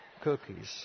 cookies